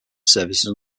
services